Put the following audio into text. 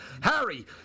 Harry